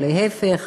או להפך,